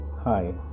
Hi